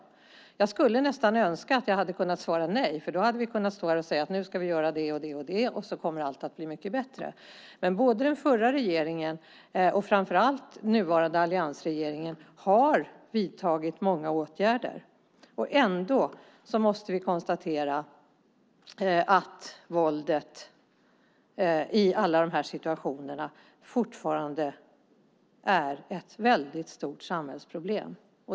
Jag skulle nästan önska att jag hade kunnat svara nej, för då hade vi kunnat stå här och säga: Nu ska vi göra det och det, och så kommer allt att bli mycket bättre! Men både den förra regeringen och, framför allt, den nuvarande alliansregeringen har vidtagit många åtgärder. Ändå måste vi konstatera att våldet i alla de här situationerna fortfarande är ett stort samhällsproblem.